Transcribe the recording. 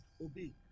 Obey